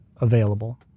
available